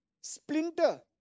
splinter